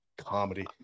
comedy